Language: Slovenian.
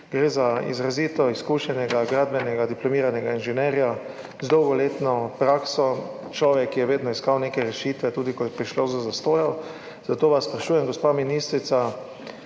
gre za izrazito izkušenega diplomiranega gradbenega inženirja z dolgoletno prakso, človeka, ki je vedno iskal neke rešitve, tudi ko je prišlo do zastojev. Zato vas sprašujem, gospa ministrica: